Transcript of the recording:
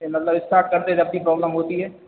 यह मतलब स्टार्ट करते जबकी प्रॉब्लम होती है